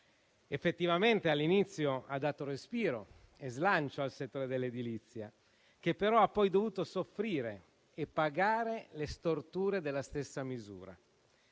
Effettivamente all'inizio ha dato respiro e slancio al settore dell'edilizia, che però ha poi dovuto soffrire e pagare le storture della stessa misura.